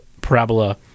parabola